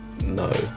no